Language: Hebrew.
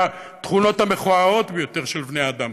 כתכונות המכוערות ביותר של בני האדם,